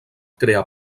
crear